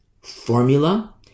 formula